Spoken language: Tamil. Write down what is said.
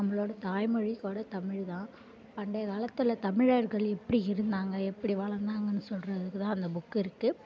நம்மளோட தாய்மொழிக்கூட தமிழ் தான் பண்டைய காலத்தில் தமிழர்கள் எப்படி இருந்தாங்க எப்படி வளர்ந்தாங்கனு சொல்கிறதுக்கு தான் அந்த புக்கு இருக்குது